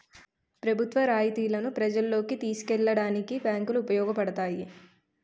ప్రభుత్వ రాయితీలను ప్రజల్లోకి తీసుకెళ్లడానికి బ్యాంకులు ఉపయోగపడతాయి